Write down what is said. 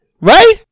Right